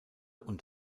und